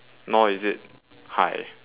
nor is it high